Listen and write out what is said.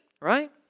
Right